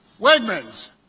Wegmans